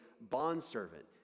bondservant